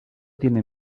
tiene